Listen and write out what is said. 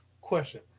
Question